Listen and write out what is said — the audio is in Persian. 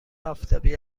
آفتابی